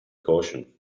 caution